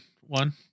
one